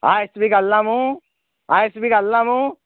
आयस बी घालना न्हू आयस बी घालना न्हू